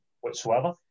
whatsoever